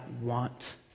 want